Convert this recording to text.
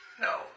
No